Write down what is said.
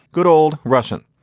good old russian.